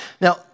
Now